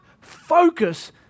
focus